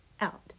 out